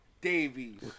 Davies